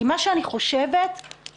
כי מה שאני חושבת שבסוף,